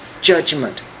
judgment